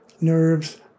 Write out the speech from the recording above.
nerves